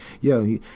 yo